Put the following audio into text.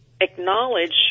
acknowledge